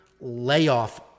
layoff